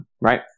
right